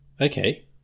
okay